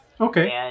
Okay